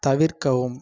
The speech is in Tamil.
தவிர்க்கவும்